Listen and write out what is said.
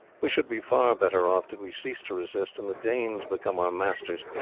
we should be far better off did we cease to resist, and the danes become our masters,